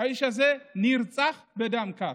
האיש הזה נרצח בדם קר.